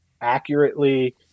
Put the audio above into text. accurately